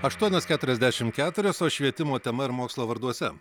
aštuonios keturiasdešim keturios o švietimo tema ir mokslo varduose